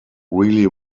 really